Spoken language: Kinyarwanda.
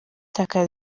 akazi